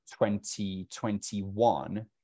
2021